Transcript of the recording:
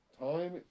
Time